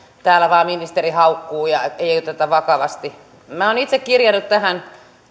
täällä vain ministeri haukkuu ja ei ei oteta vakavasti minä olen itse kirjannut tähän